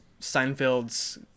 seinfeld's